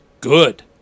good